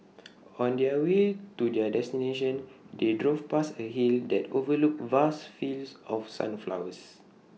on the way to their destination they drove past A hill that overlooked vast fields of sunflowers